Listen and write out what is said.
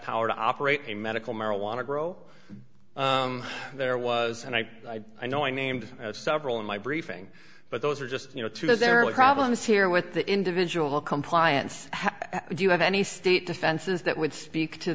power to operate a medical marijuana grow there was and i i know i named several in my briefing but those are just you know to those there are problems here with the individual compliance how do you have any state defenses that would speak to